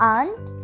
Aunt